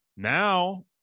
Now